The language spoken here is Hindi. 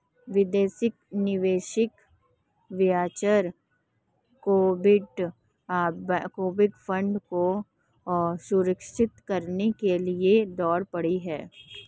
विदेशी निवेशक वेंचर कैपिटल फंड को सुरक्षित करने के लिए दौड़ पड़े हैं